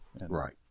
Right